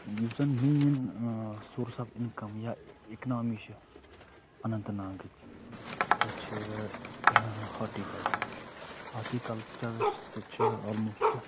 یُس زَن main source of income یا اِکنامی چھِ اننت ناگٕچ سۄ چھِ ہاٹی کَلچر ہاٹی کلچر سۭتۍ چھِ آلموسٹ